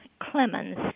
Clemens